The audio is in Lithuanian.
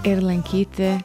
ir lankyti